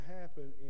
happen